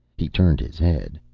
he turned his head.